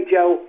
Joe